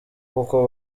kuko